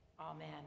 Amen